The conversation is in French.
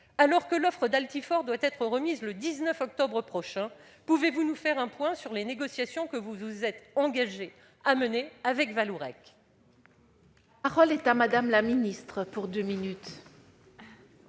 Alors que l'offre d'Altifort doit être remise le 19 octobre prochain, pouvez-vous nous faire un point sur les négociations que le Gouvernement s'est engagé à mener avec Vallourec ?